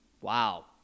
Wow